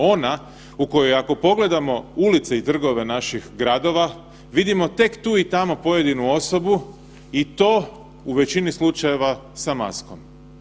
Ona u kojoj ako pogledamo ulice i trgove naših gradova vidimo tek tu i tamo pojedinu osobu i to u većini slučajeva sa maskama?